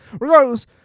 Regardless